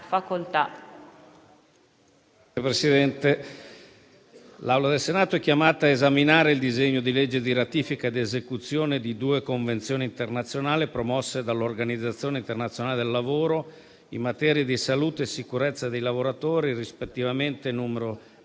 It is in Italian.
l'Assemblea del Senato è chiamata a esaminare il disegno di legge di ratifica ed esecuzione di due Convenzioni internazionali promosse dall'Organizzazione internazionale del lavoro in materia di salute e sicurezza dei lavoratori rispettivamente nn.